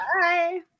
bye